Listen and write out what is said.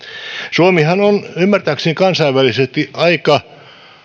suomihan on ymmärtääkseni kansainvälisesti aika